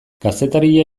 kazetaria